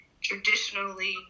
traditionally